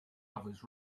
others